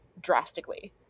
drastically